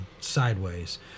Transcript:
sideways